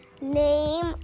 Name